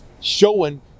showing